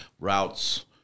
routes